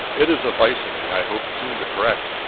it is a vice in me i hope soon to correct.